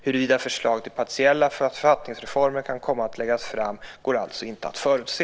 Huruvida förslag till partiella författningsreformer kan komma att läggas fram går alltså inte att förutse.